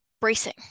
bracing